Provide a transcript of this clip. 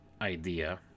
idea